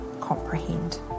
comprehend